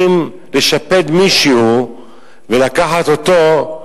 קשה לנחם על אובדן כה רב של אנשים ושל משפחות השכול שאיבדו את מיטב